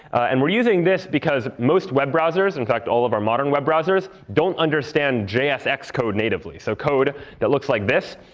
and we're using this because most web browsers, in fact, all of our modern web browsers don't understand jsx code natively. so code that looks like this,